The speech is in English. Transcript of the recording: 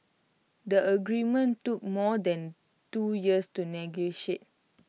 the agreement took more than two years to negotiate